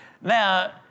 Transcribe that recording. Now